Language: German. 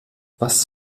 was